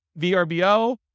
VRBO